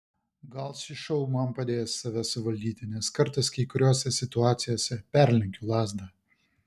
gal šis šou man padės save suvaldyti nes kartais kai kuriose situacijose perlenkiu lazdą